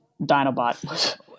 Dinobot